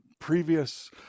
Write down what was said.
Previous